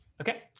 okay